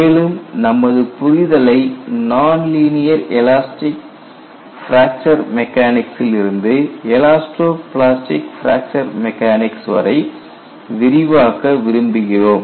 மேலும் நமது புரிதலை நான்லீனியர் எலாஸ்டிக் பிராக்சர் மெக்கானிக்சில் இருந்து எலாஸ்டோ பிளாஸ்டிக் பிராக்சர் மெக்கானிக்ஸ் வரை விரிவாக்க விரும்புகிறோம்